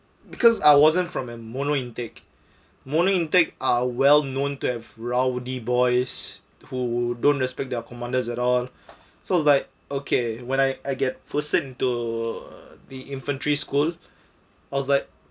because I wasn't from a mono intake mono intake are well known to have rowdy boys who don't respect their commanders at all so it was like okay when I I get posted into the infantry school I was like